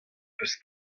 peus